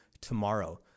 tomorrow